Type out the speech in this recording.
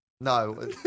No